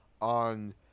on